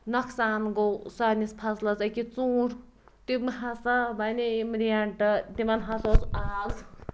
نۄقصان گوٚو سٲنِس فَصلَس أکِس ژوٗنٛٹھ تِم ہسا بَنے یِم رینٛٹ تِمن ہسا اوس آز